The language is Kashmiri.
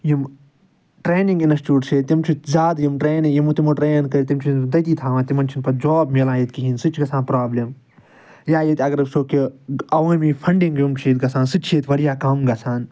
یِم ٹرٛینِنٛگ اِنسچوٗٹ چھِ ییٚتہِ تِم چھِ زیاد یِم ٹرٛینہٕ یِمو تِمو ٹرٛین کٔرۍ تِم چھِ تٔتی تھاوان تِمَن چھُنہٕ پَتہٕ جاب مِلان ییٚتہِ کِہیٖنۍ سُہ تہِ چھِ گَژھان پرٛابلِم یا ییٚتہ اگر وٕچھو کہِ اَوٲمی فَنڈِنٛگ یِم چھِ ییٚتہِ گَژھان سُہ تہِ چھِ ییٚتہِ واریاہ کم گَژھان